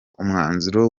umwanzuro